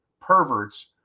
perverts